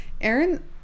Aaron